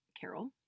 Carol